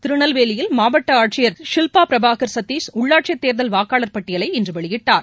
திருநெல்வேலியில் மாவட்ட ஆட்சியர் ஷில்பா பிரபாகர் சதீஷ் உள்ளாட்சித் தேர்தல் வாக்காளர் பட்டியலை இன்று வெளியிட்டார்